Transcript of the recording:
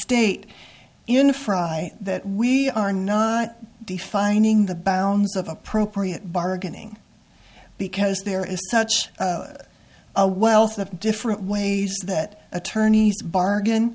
state you know for a i that we are not defining the bounds of appropriate bargaining because there is such a wealth of different ways that attorneys bargain